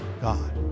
God